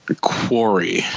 quarry